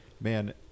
Man